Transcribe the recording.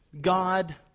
God